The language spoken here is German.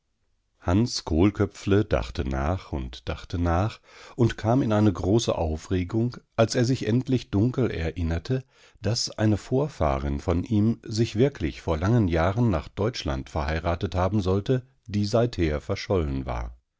hans kohlköpfle dachte nach und dachte nach und kam in eine große aufregung als er sich endlich dunkel erinnerte daß eine vorfahrin von ihm sich wirklich vor langen jahren nach deutschland verheiratet haben sollte die seither verschollen war